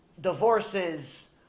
divorces